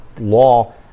law